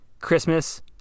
Christmas